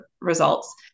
results